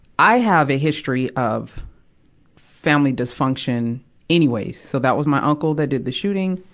i have a history of family dysfunction anyways. so, that was my uncle that did the shooting.